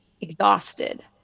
exhausted